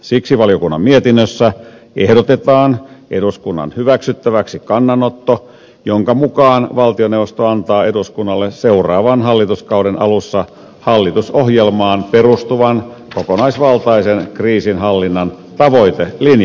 siksi valiokunnan mietinnössä ehdotetaan eduskunnan hyväksyttäväksi kannanottoa jonka mukaan valtioneuvosto antaa eduskunnalle seuraavan hallituskauden alussa hallitusohjelmaan perustuvan kokonaisvaltaisen kriisinhallinnan tavoitelinjauksen